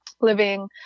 living